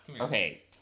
Okay